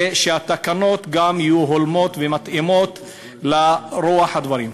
ושהתקנות גם יהיו הולמות ומתאימות לרוח הדברים.